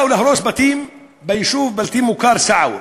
באו להרוס בתים ביישוב בלתי מוכר, סעווה.